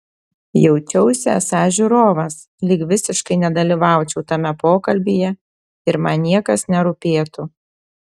jaučiausi esąs žiūrovas lyg visiškai nedalyvaučiau tame pokalbyje ir man niekas nerūpėtų